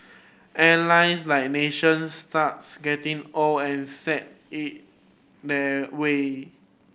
airlines like nations starts getting old and set in their way